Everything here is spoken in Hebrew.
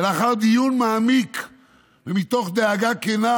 ולאחר דיון מעמיק ומתוך דאגה כנה